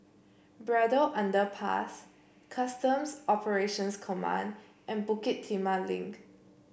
Braddell Underpass Customs Operations Command and Bukit Timah Link